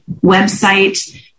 website